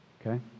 Okay